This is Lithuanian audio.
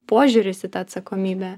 požiūris į tą atsakomybę